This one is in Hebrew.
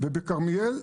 בכרמיאל,